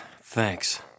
thanks